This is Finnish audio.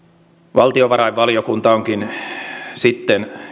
valtiovarainvaliokunta onkin sitten